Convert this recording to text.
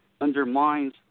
undermines